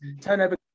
turnover